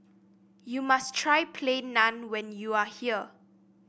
you must try Plain Naan when you are here